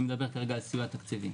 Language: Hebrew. אני מדבר כרגע על סיוע תקציבי.